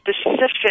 specific